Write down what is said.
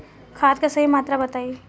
खाद के सही मात्रा बताई?